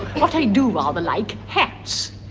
what i do rather like, hats.